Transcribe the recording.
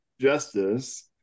justice